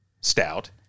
stout